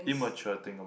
immature thing